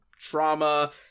trauma